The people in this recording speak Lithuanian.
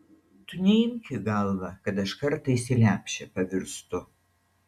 tu neimk į galvą kad aš kartais į lepšę pavirstu